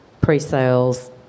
pre-sales